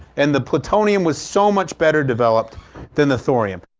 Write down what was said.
and the plutonium was so much better developed than the thorium.